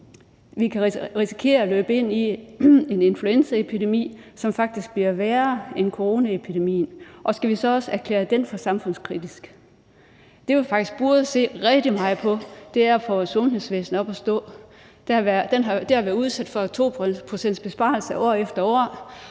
vi kan risikere at løbe ind i en influenzaepidemi, som faktisk bliver værre end coronaepidemien, og skal vi så også erklære den for samfundskritisk? Det, vi faktisk burde se rigtig meget på, er at få sundhedsvæsenet op at stå. Det har været udsat for 2-procentsbesparelser år efter år,